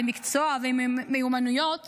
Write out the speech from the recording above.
מקצוע ומיומנויות